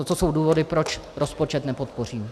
Toto jsou důvody, proč rozpočet nepodpořím.